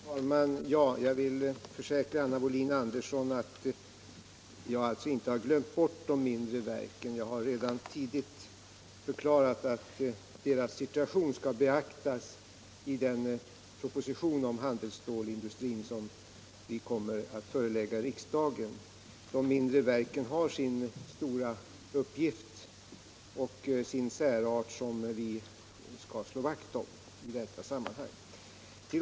Herr talman! Jag vill försäkra Anna Wohlin-Andersson att jag inte har glömt de mindre verken. Jag har redan tidigt förklarat att deras situation skall beaktas i den proposition om handelsstålindustrin som vi kommer att förelägga riksdagen. De mindre verken har sin stora uppgift och sin särart som vi skall slå vakt om i detta sammanhang.